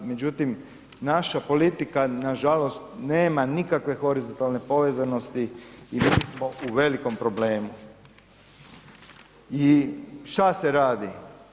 Međutim, naša politika nažalost nema nikakve horizontalne povezanosti i mi smo u velikom problemu i šta se radi.